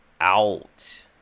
out